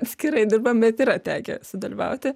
atskirai dirbam bet yra tekę sudalyvauti